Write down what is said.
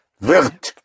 wird